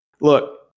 Look